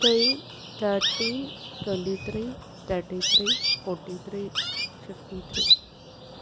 three thirteen twenty three thirty three forty three fifty three